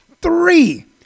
Three